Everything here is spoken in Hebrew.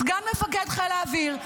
סגן מפקד חיל האוויר,